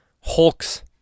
hulks